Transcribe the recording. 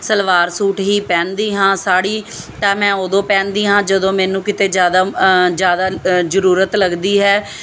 salwar suit ਹੀ ਪਹਿਨਦੀ ਹਾਂ ਸਾੜੀ ਤਾਂ ਮੈਂ ਉਦੋਂ ਪਹਿਨਦੀ ਆਂ ਜਦੋਂ ਮੈਨੂੰ ਕਿਤੇ ਜਿਆਦਾ ਜਿਆਦਾ ਜਰੂਰਤ ਲੱਗਦੀ ਹੈ